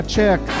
check